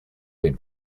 been